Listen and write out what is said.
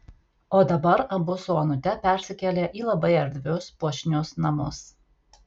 o dabar abu su onute persikėlė į labai erdvius puošnius namus